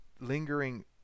lingering